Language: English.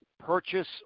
purchase